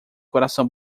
coração